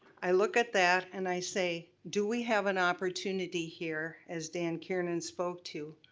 i look at that and i say, do we have an opportunity here, as dave kiernan spoke to?